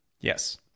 Yes